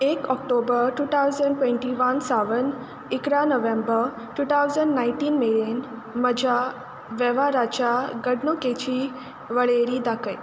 एक October two thousand twenty one सावन इकरा नव्हेंबर टू थावजंड नायन्टीन मेरेन म्हज्या वेव्हाराच्या घडणुकेची वळेरी दाखय